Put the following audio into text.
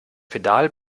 pedal